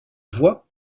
voix